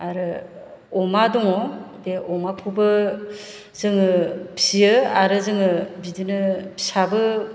आरो अमा दङ बे अमाखौबो जोङो फियो आरो जोङो बिदिनो फिसाबो